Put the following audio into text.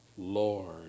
Lord